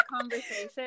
conversation